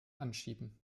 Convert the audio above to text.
anschieben